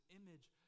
image